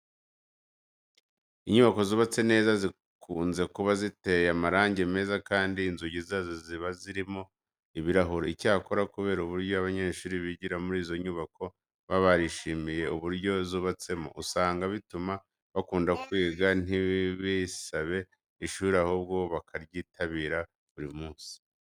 Inyubako zubatse neza zikunze kuba ziteye amarange meza kandi inzugi zazo ziba zirimo ibirahure. Icyakora kubera uburyo abanyeshuri bigira muri izi nyubako baba barishimiye uburyo zubatsemo, usanga bituma bakunda kwiga ntibasibe ishuri ahubwo bakaryitabira buri munsi.